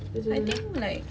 I think like